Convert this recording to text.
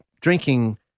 drinking